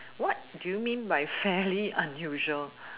what do you mean by fairly unusual